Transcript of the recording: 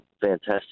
fantastic